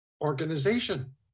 Organization